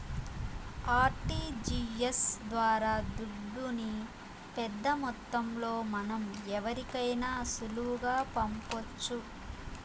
RTGS ద్వారా దుడ్డుని పెద్దమొత్తంలో మనం ఎవరికైనా సులువుగా పంపొచ్చు